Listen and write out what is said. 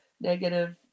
negative